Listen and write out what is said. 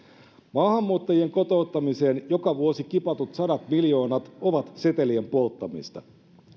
maahanmuuttajien kotouttamiseen joka vuosi kipatut sadat miljoonat ovat setelien polttamista